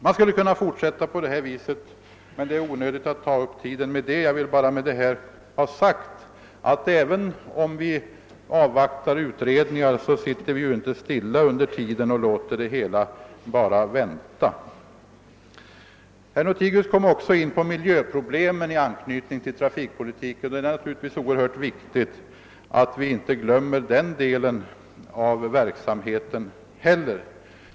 Jag skulle kunna fortsätta på det här sättet, men det är onödigt att ta upp kammarens tid med sådant. Jag vill bara ha sagt att även om vi avvaktar utredningar sitter vi inte stilla under tiden. Herr Lothigius kom in på miljöproblemen i anknytning till trafikpolitiken. Naturligtvis är det oerhört viktigt att vi inte glömmer den delen av verksamheien.